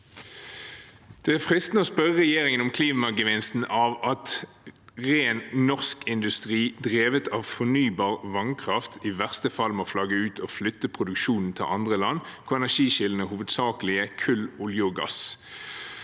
Det er fristende å spørre regjeringen om klimagevinsten av at ren norsk industri, drevet av fornybar vannkraft, i verste fall må flagge ut og flytte produksjonen til andre land, hvor energikildene hovedsakelig er kull, olje og gass.